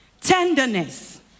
tenderness